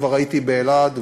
כבר הייתי באלעד,